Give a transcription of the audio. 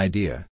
Idea